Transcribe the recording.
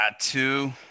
two